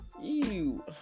ew